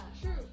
true